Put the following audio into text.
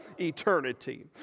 eternity